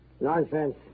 Nonsense